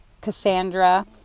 Cassandra